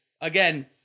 again